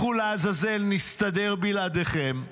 לכו לעזאזל, נסתדר בלעדיכם.